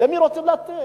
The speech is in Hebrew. למי רוצים לתת?